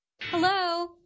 Hello